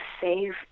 save